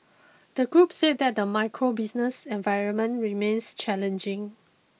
the group said that the macro business environment remains challenging